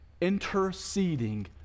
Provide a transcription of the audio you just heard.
Interceding